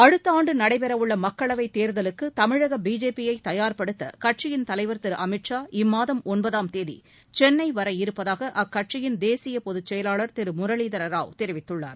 அடுத்த ஆண்டு நடைபெற உள்ள மக்களவைத் தேர்தலுக்கு தமிழக பிஜேபியை தயார்படுத்த கட்சியின் தலைவர் திரு அமித் ஷா இம்மாதம் ஒன்பதாம் தேதி சென்னை வர இருப்பதாக அக்கட்சியின் தேசிய பொதுச் செயலாளர் திரு முரளிதர ராவ் தெரிவித்துள்ளார்